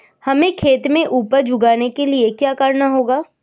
हमें खेत में उपज उगाने के लिये क्या करना होगा?